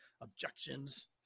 objections